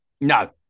No